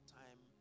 time